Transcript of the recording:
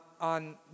on